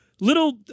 little